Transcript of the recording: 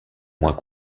moins